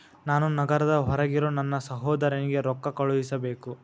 ನಾನು ನಗರದ ಹೊರಗಿರೋ ನನ್ನ ಸಹೋದರನಿಗೆ ರೊಕ್ಕ ಕಳುಹಿಸಬೇಕು